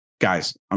guys